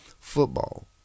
Football